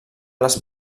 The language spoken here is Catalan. les